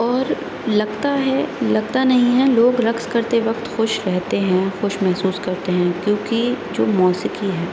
اور لگتا ہے لگتا نہیں ہے لوگ رقص کرتے وقت خوش رہتے ہیں خوش محسوس کرتے ہیں کیوںکہ جو موسیقی ہے